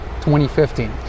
2015